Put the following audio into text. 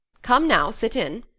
come now, sit in.